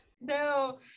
No